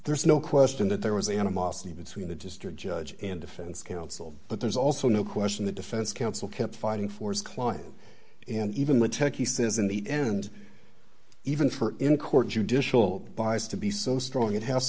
there's no question that there was animosity between the district judge and defense counsel but there's also no question that defense counsel kept fighting force clients and even the tech he says in the end even for in court judicial bias to be so strong it has